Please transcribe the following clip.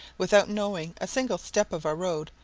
without knowing a single step of our road,